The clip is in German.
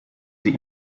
sie